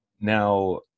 now